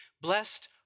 Blessed